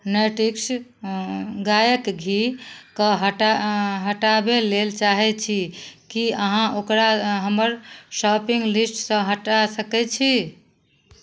natives गायक घीके हटा हटाबै लेल चाहै छी की अहाँ ओकरा हमर शॉपिंग लिस्ट सऽ हटा सकैत छी